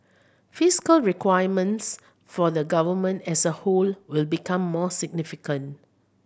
fiscal requirements for the Government as a whole will become more significant